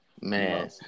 man